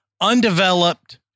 undeveloped